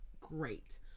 great